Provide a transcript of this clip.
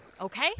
Okay